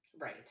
right